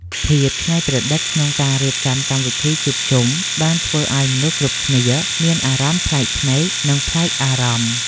ភាពច្នៃប្រឌិតក្នុងការរៀបចំកម្មវិធីជួបជុំបានធ្វើឱ្យមនុស្សគ្រប់គ្នាមានអារម្មណ៍ប្លែកភ្នែកនិងប្លែកអារម្មណ៍។